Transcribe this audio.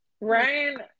Ryan